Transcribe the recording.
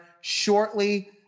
shortly